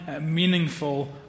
meaningful